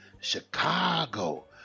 Chicago